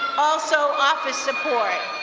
also office support.